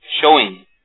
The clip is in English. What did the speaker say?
showing